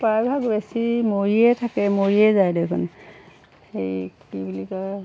প্ৰায়ভাগ বেছি মৰিয়ে থাকে মৰিয়ে যায় দেখোন হেৰি কি বুলি কয়